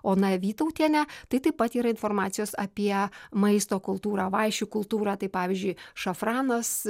ona vytautienė tai taip pat yra informacijos apie maisto kultūrą vaišių kultūrą tai pavyzdžiui šafranas